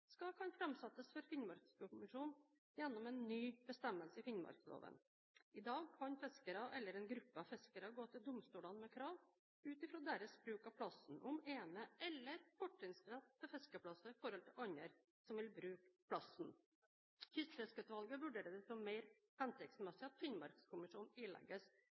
skal kunne framsettes for Finnmarkskommisjonen, gjennom en ny bestemmelse i finnmarksloven. I dag kan fiskere eller en gruppe av fiskere gå til domstolene med krav – ut fra deres bruk av plassen – om ene- eller fortrinnsrett til fiskeplasser i forhold til andre som vil bruke plassen. Kystfiskeutvalget vurderer det som mer hensiktsmessig at Finnmarkskommisjonen ilegges